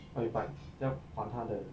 okay but 你要把他的